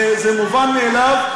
זה מובן מאליו.